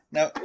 Now